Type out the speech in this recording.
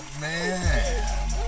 man